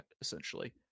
essentially